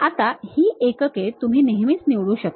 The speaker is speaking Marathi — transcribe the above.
आता ही एकके तुम्ही नेहमीच निवडू शकता